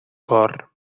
cor